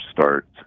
start